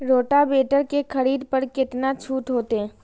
Rotavator के खरीद पर केतना छूट होते?